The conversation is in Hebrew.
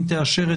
אם תאשר,